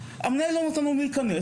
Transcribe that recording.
המנהל לא נותן לנו להיכנס,